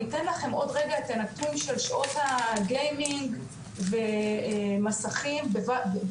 אני אתן לכם עוד רגע את הנתון של שעות הגיימניג ומסכים ביחד,